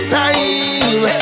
time